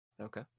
Okay